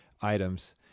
items